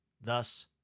Thus